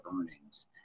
earnings